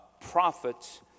prophets